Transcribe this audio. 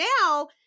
Now